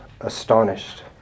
astonished